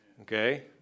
okay